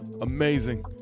amazing